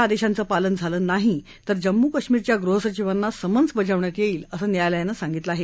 आदेशाचं पालन झालं नाही तर जम्मू कश्मीरच्या गृहसचिवांना समन्स बजावण्यात येईल असं न्यायालयानं सांगितलं आहे